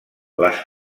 les